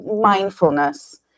mindfulness